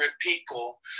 people